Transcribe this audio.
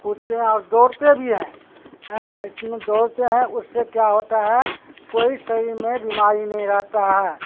کودتے ہیں اور دوڑتے بھی ہیں ہاں اتنا دوڑتے ہیں اس سے کیا ہوتا ہے کوئی شریر میں بیماری نہیں رہتا ہے